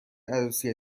عروسی